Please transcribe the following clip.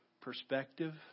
perspective